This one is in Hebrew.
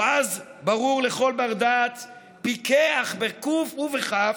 או אז ברור לכל בר-דעת פיקח, בקו"ף ובכ"ף,